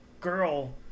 girl